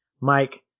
Mike